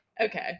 Okay